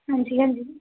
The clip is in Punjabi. ਹਾਂਜੀ ਹਾਂਜੀ